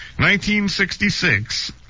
1966